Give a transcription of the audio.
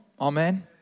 Amen